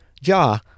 Ja